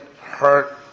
hurt